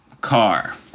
car